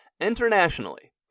Internationally